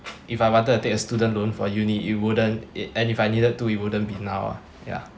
if I wanted to take a student loan for uni it wouldn't it and if I needed to it wouldn't be now ah ya